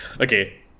Okay